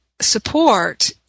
support